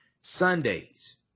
Sundays